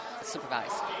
supervise